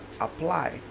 apply